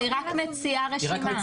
היא רק מציעה רשימה.